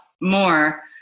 More